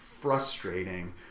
frustrating